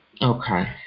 Okay